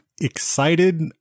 excited